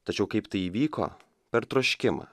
tačiau kaip tai įvyko per troškimą